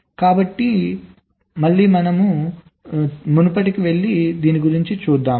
కాబట్టి తిరిగి వెనుకకు వద్దాం